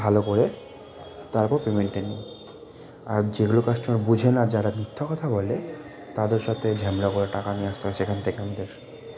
ভালো করে তারপর পেমেন্টেটা নিই আর যেগুলো কাস্টমার বুঝে না যারা মিথ্যা কথা বলে তাদের সাথে ঝ্যামেলা করে টাকা নিয়ে আসতে হয় সেখান থেকে আমাদের